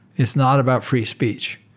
it's not about free speech,